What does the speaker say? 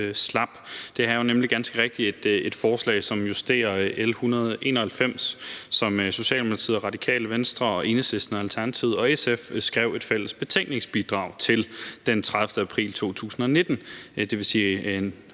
Det her er jo nemlig ganske rigtigt et forslag, som justerer L 191, som Socialdemokratiet, Radikale Venstre, Enhedslisten, Alternativet og SF skrev et fælles betænkningsbidrag til den 30. april 2019.